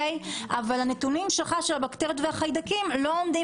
אבל הנתונים שלך של הבקטריות והחיידקים לא עומדים